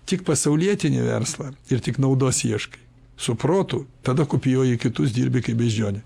tik pasaulietinį verslą ir tik naudos ieškai su protu tada kopijuoji kitus dirbi kaip beždžionė